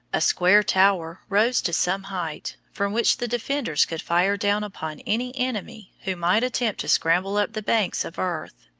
a square tower rose to some height, from which the defenders could fire down upon any enemy who might attempt to scramble up the banks of earth.